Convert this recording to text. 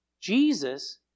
Jesus